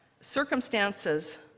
circumstances